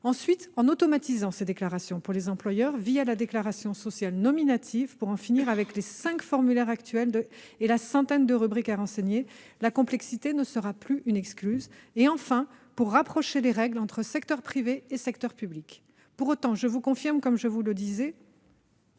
Ensuite, ces déclarations seront automatisées, la déclaration sociale nominative, pour en finir avec les cinq formulaires actuels et la centaine de rubriques à renseigner- la complexité ne sera plus une excuse -, et pour rapprocher les règles entre secteur privé et secteur public. Pour autant, je vous confirme, comme je l'ai